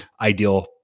ideal